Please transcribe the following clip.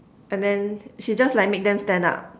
and then she just like make them stand up